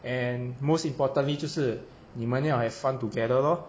and most importantly 就是你们要 have fun together lor